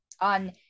on